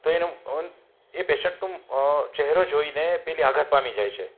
તો એનું એ પેશન્ટનું ચહેરો જોઈને પેલી આઘાત પામી જાય છે